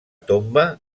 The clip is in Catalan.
tomba